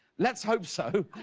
let's hope. so